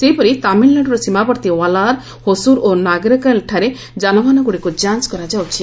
ସେହିପରି ତାମିଲନାଡ଼ୁର ସୀମାବର୍ତ୍ତୀ ୱାଲାୟାର ହୋସୁର ଓ ନାଗେରକଏଲ ଠାରେ ଯାନବାହନଗୁଡିକୁ ଯାଞ୍ଚ କରାଯାଉଛି